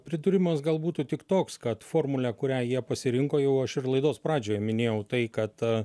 pridūrimas gal būtų tik toks kad formulę kurią jie pasirinko jau aš ir laidos pradžioje minėjau tai kad